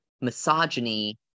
misogyny